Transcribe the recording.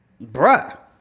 bruh